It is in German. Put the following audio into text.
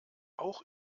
auch